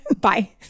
Bye